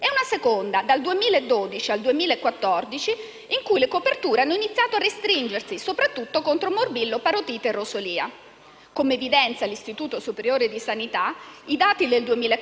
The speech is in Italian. una seconda, dal 2012 al 2014, in cui le coperture hanno iniziato a restringersi, soprattutto contro morbillo, parotite e rosolia. Come evidenzia l'Istituto superiore di sanità, i dati del 2014